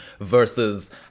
versus